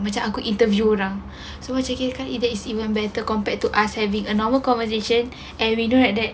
macam aku interview orang so macam kita kan seleksi yang better compared to us having a normal conversation and we don't have that